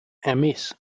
amis